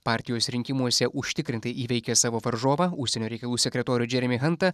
partijos rinkimuose užtikrintai įveikė savo varžovą užsienio reikalų sekretorių džeremį hantą